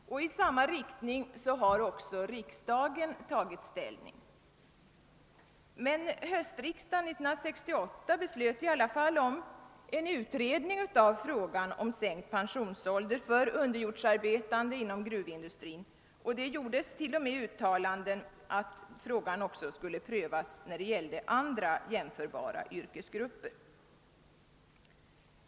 I samma riktning har riksdagen tagit ställning, men höstriksdagen 1968 beslöt ändå om en utredning av frågan om sänkt pensionsålder för underjordsarbetande inom gruvindustrin, och det gjordes t.o.m. uttalanden om att frågan skulle prövas också när det gällde andra jämförbara yrkesgrupper.